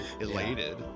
elated